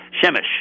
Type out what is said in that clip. Shemesh